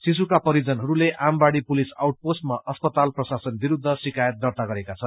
शिशुको परिजनहरूले आमबाड़ी पुलिस आउट पोस्टमा अस्पताल प्रशासन विरूद्ध शिकायत दर्ता गरेका छन्